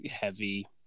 heavy